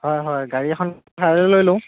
হয় হয় গাড়ী এখন ভাড়ালে লৈ লওঁ